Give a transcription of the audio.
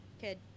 kid